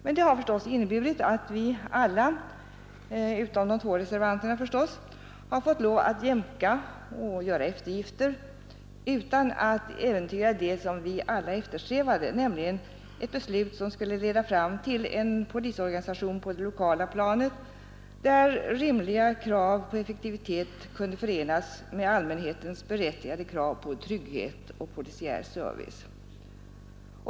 Men det har förstås inneburit att vi alla — utom de två reservanterna — fått lov att jämka och göra eftergifter utan att därmed äventyra det som vi alla eftersträvar, nämligen ett beslut som skulle leda fram till en polisorganisation på det lokala planet, där rimliga krav på effektivitet kunde förenas med allmänhetens berättigade krav på trygghet och polisiär service.